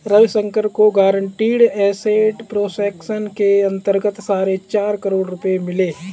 रविशंकर को guaranteed asset protection के अंतर्गत साढ़े चार करोड़ रुपये मिले